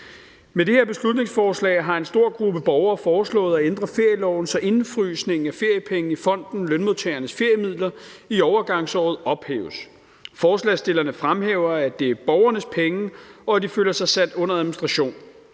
Med det her beslutningsforslag har en stor gruppe borgere foreslået at ændre ferieloven, så indefrysning af feriepenge i fonden Lønmodtagernes Feriemidler i overgangsåret ophæves. Forslagsstillerne fremhæver, at det er borgernes penge, og at de føler sig sat under administration.